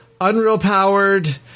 Unreal-powered